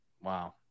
Wow